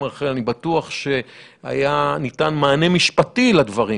אני בטוח שהיה ניתן מענה משפטי לדברים